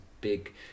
big